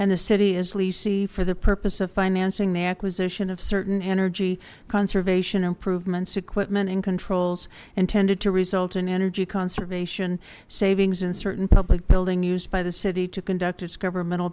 and the city as lessee for the purpose of financing the acquisition of certain energy conservation improvements equipment and controls intended to result in energy conservation savings in certain public building used by the city to conduct its governmental